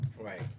Right